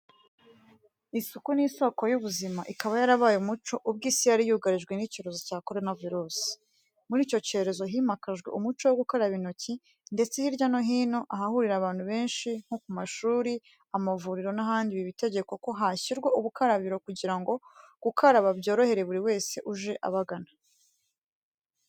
Isuku ni isoko y'ubuzima ikaba yarabaye umuco ubwo isi yari yugarijwe n'icyorezo cya Korona virusi. Muri icyo cyorezo himakajwe umuco wo gukaraba intoki ndetse hirya no hino, ahahurira abantu benshi nko ku mashuri, amavuriro n'ahandi biba itegeko ko hashyirwa ubukarabiro kugira ngo gukaraba byorohere buri wese uje abagana.